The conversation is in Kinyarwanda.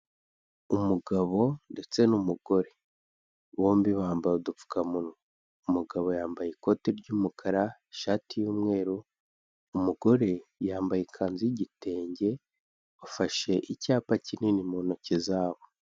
Umugabo ndetse n'umugore bombi bambaye udupfukamunwa, umugabo yambaye ikote ry'umukara, ishati y'umweru, umugore yambaye ikanzu y'igitenge bafashe icyapa kinini mu ntoki zabo.